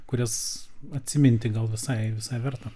kurias atsiminti gal visai visai verta